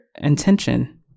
intention